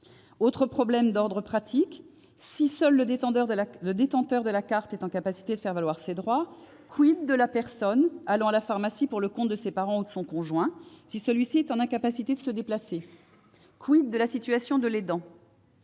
Autre problème d'ordre pratique : si seul le détenteur de la carte est en capacité de faire valoir ses droits, de la personne se rendant à la pharmacie pour le compte de ses parents ou de son conjoint, si ceux-ci sont en incapacité de se déplacer ? de la situation de l'aidant ?